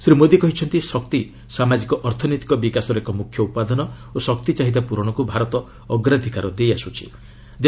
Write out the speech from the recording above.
ଶ୍ରୀ ମୋଦି କହିଛନ୍ତି ଶକ୍ତି ସାମାଜିକ ଅର୍ଥନୈତିକ ବିକାଶର ଏକ ମୁଖ୍ୟ ଉପାଦାନ ଓ ଶକ୍ତି ଚାହିଦା ପୂରଣକୁ ଭାରତ ଅଗ୍ରାଧିକାର ଦେଇଆସ୍କ୍ଥି